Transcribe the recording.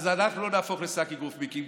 אז אנחנו נהפוך לשק אגרוף, מיקי.